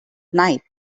night